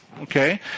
okay